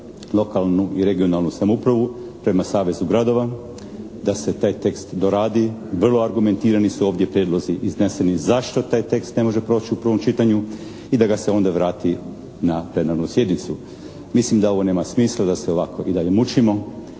lokalnu i regionalnu samoupravu, prema savezu gradova, da se taj tekst doradi. Vrlo argumentirani su ovdje prijedlozi izneseni zašto taj tekst ne može proći u prvom čitanju i da ga se onda vrati na plenarnu sjednicu. Mislim da ovo nema smisla da se ovako i dalje mučimo,